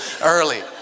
early